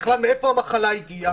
בכלל מאיפה המחלה הגיעה?